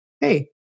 hey